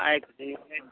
ಆಯ್ತು